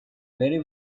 very